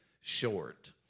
short